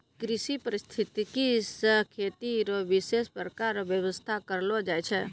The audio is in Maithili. कृषि परिस्थितिकी से खेती रो विशेष प्रकार रो व्यबस्था करलो जाय छै